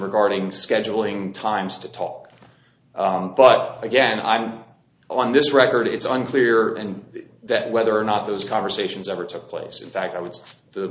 regarding scheduling times to talk but again i'm on this record it's unclear and that whether or not those conversations ever took place in fact i w